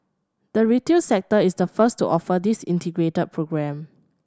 the retail sector is the first to offer this integrated programme